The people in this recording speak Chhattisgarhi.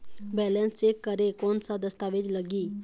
बैलेंस चेक करें कोन सा दस्तावेज लगी?